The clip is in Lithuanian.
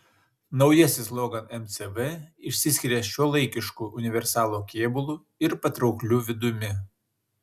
naujasis logan mcv išsiskiria šiuolaikišku universalo kėbulu ir patraukliu vidumi